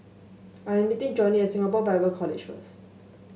I am meeting Johney at Singapore Bible College first